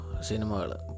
cinema